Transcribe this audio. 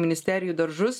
ministerijų daržus